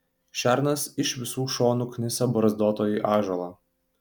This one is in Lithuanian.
šernas iš visų šonų knisa barzdotąjį ąžuolą